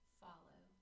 follow